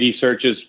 searches